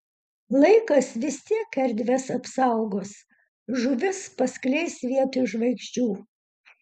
laikas vis tiek erdves apsaugos žuvis paskleis vietoj žvaigždžių